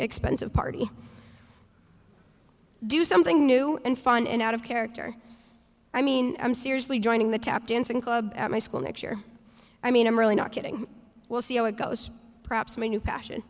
expensive party do something new and fun and out of character i mean i'm seriously joining the tap dancing club at my school next year i mean i'm really not getting we'll see how it goes perhaps my new passion